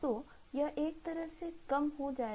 तो यह एक तरह से कम हो जाएगा